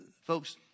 Folks